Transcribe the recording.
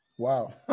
Wow